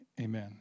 amen